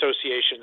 associations